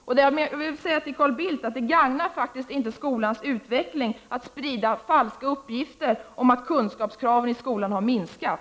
Därmed vill jag säga till Carl Bildt att det faktiskt inte gagnar skolans utveckling att sprida falska uppgifter om att kraven på kunskap i skolan har minskat.